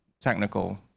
technical